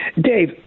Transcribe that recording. Dave